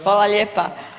Hvala lijepa.